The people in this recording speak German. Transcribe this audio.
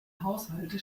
haushalte